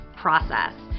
process